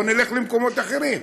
בואו נלך למקומות אחרים.